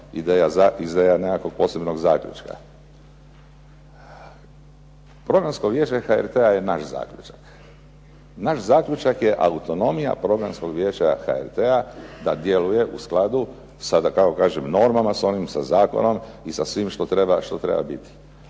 ideja za i za nekog posebnog zaključka. Programsko vijeće HRT-a je naš zaključak. Naš zaključak je autonomija Programskog vijeća HRT-a da djeluje u skladu, sada kao kažem normama sa zakonom i sa svima što treba biti.